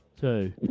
two